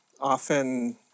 often